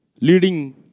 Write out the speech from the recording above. leading